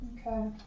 okay